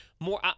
more